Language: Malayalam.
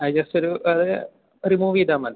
അത് ജസ്റ്റ് ഒരു അത് റിമൂവ് ചെയ്താൽമതി